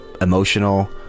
emotional